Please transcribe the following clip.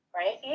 right